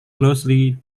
closely